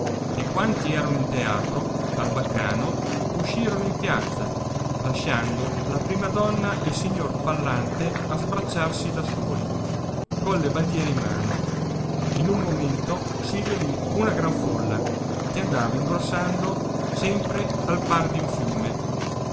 e quanti erano in teatro al baccano uscirono in piazza lasciando la prima donna e il signor pallante a sbracciarsi da soli colle bandiere in mano in un momento si riunì una gran folla che andava ingrossando sempre al par di un fiume